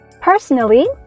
Personally